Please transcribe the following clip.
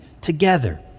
together